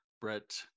Brett